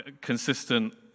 consistent